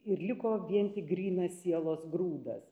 ir liko vien tik grynas sielos grūdas